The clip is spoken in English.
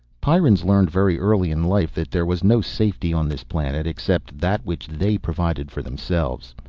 pyrrans learned very early in life that there was no safety on this planet except that which they provided for themselves.